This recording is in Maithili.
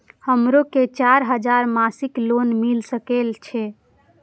हमरो के चार हजार मासिक लोन मिल सके छे?